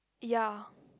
ya